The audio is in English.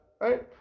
Right